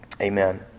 Amen